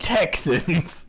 Texans